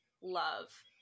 love